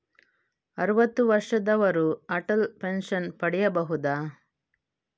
ಅರುವತ್ತು ವರ್ಷದವರು ಅಟಲ್ ಪೆನ್ಷನ್ ಪಡೆಯಬಹುದ?